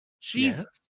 Jesus